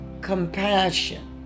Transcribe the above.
compassion